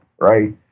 right